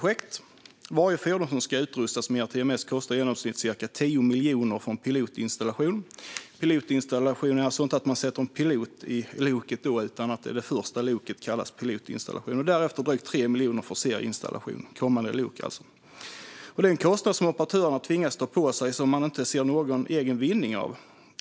För varje fordon som ska utrustas med ERTMS kostar det i genomsnitt ca 10 miljoner för en pilotinstallation. Det är alltså inte att man sätter en pilot i loket, utan det är det första loket som kallas för pilotinstallation. Därefter kostar det drygt 3 miljoner för serieinstallation, alltså kommande lok. Det är en kostnad som operatörerna tvingas ta på sig men som de inte ser någon egen vinning av.